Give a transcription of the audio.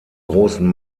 großen